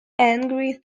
angry